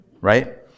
right